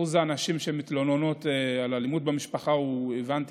אחוז הנשים שמתלוננות על אלימות במשפחה, הבנתי